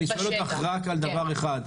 אני שואל אותך רק על דבר אחד,